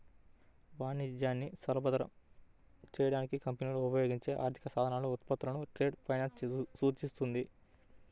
వాణిజ్యాన్ని సులభతరం చేయడానికి కంపెనీలు ఉపయోగించే ఆర్థిక సాధనాలు, ఉత్పత్తులను ట్రేడ్ ఫైనాన్స్ సూచిస్తుంది